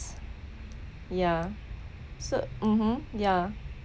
yeah so mmhmm yeah